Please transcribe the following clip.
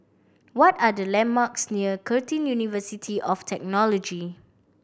what are the landmarks near Curtin University of Technology